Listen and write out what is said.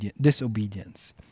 disobedience